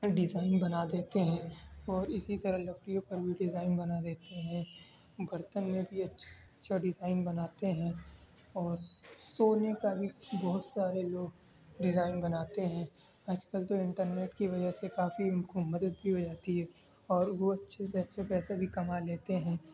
design بنا دیتے ہیں اور اسی طرح لکڑیوں پر بھی ڈیزائن بنا دیتے ہیں برتن میں بھی اچھا اچھا ڈیزائن بناتے ہیں اور سونے کا بھی بہت سارے لوگ ڈیزائن بناتے ہیں آج کل تو انٹرنیٹ کی وجہ سے کافی ان کو مدد بھی ہو جاتی ہے اور وہ اچھے سے اچھے پیسے بھی کما لیتے ہیں